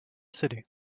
city